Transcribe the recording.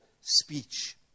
speech